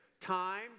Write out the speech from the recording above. time